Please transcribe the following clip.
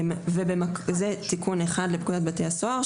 זה תיקון אחד לפקודת בתי הסוהר,